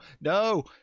no